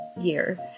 year